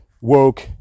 woke